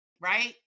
Right